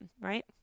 right